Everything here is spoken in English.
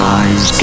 eyes